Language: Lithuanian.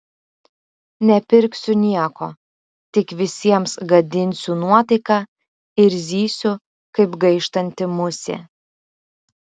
nepirksiu nieko tik visiems gadinsiu nuotaiką ir zysiu kaip gaištanti musė